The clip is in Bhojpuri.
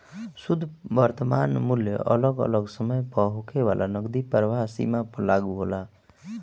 शुद्ध वर्तमान मूल्य अगल अलग समय पअ होखे वाला नगदी प्रवाह सीमा पअ लागू होला